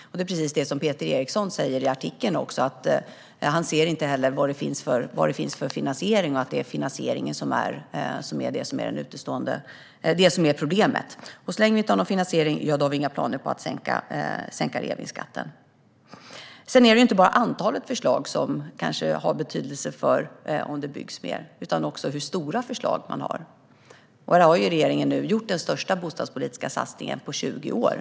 Det är också precis det Peter Eriksson säger i artikeln, det vill säga att han inte ser vad det finns för finansiering och att det är finansieringen som är problemet. Så länge vi inte har någon finansiering har vi inga planer på att sänka reavinstskatten. Sedan är det kanske inte bara antalet förslag som har betydelse för om det byggs mer utan också hur stora förslag man har. Regeringen har ju gjort den största bostadspolitiska satsningen på 20 år.